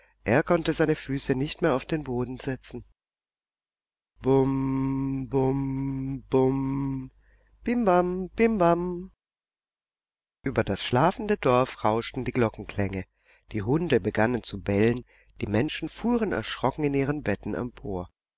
er konnte seine füße nicht mehr auf den boden setzen bum bum bum bimbam bimbam über das schlafende dorf rauschten die glockenklänge die hunde begannen zu bellen die menschen fuhren erschrocken in ihren betten empor